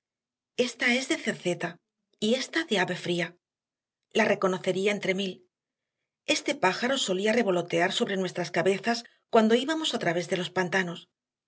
esta es de cerceta y esta de ave fría la reconocería entre mil este pájaro solía revolotear sobre nuestras cabezas cuando íbamos a través de los pantanos